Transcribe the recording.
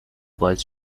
باعث